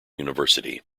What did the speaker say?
university